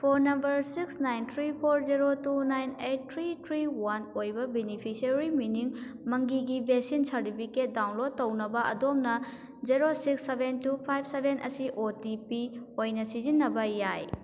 phone number six nine three four zero two nine eight three three one ꯑꯣꯏꯕ ꯕꯤꯅꯤꯐꯤꯁꯔꯤꯒꯤ ꯃꯤꯅꯤꯡ ꯃꯪꯒꯤꯒꯤ vaccine certificate download ꯇꯧꯅꯕ ꯑꯗꯣꯝꯅ zero six seven two five seven ꯑꯁꯤ O T P ꯑꯣꯏꯅ ꯁꯤꯖꯤꯟꯅꯕ ꯌꯥꯏ